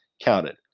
counted